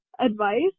advice